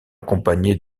accompagné